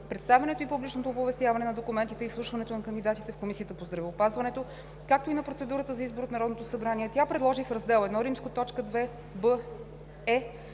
представянето и публичното оповестяване на документите и изслушването на кандидатите в Комисията по здравеопазването, както и на процедурата за избор от Народното събрание. Тя предложи в Раздел I, т.